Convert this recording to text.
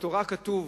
בתורה כתוב,